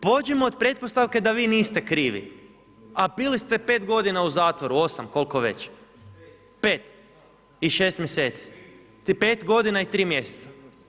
Pođimo od pretpostavke da vi niste krivi a bili ste 5 godina u zatvoru, 8, kol'ko već. … [[Upadica Glavaš, ne razumije se.]] 5 i 6 mjeseci, 5 godina i 3 mjeseca.